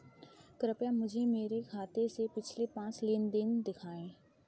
कृपया मुझे मेरे खाते से पिछले पाँच लेन देन दिखाएं